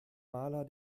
maler